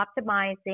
optimizing